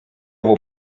owo